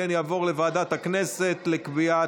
כספים, אם כן, היא תעבור לוועדת הכנסת לקביעת